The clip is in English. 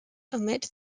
omit